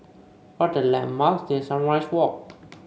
what are the landmarks near Sunrise Walk